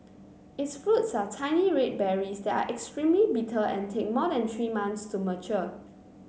its fruits are tiny red berries that are extremely bitter and take more than three months to mature